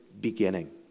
beginning